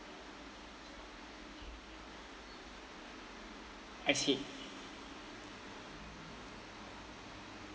I see